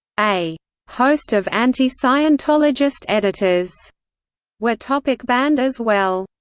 a host of anti-scientologist editors were topic-banned as well.